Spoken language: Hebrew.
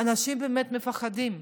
אנשים באמת מפחדים,